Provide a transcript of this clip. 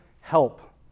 help